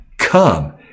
Come